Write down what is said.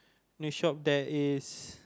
new shop that is